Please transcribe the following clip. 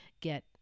get